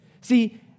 See